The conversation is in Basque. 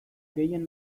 gehien